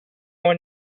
one